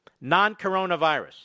Non-coronavirus